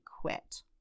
quit